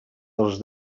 als